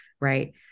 right